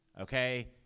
okay